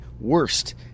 worst